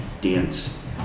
Dance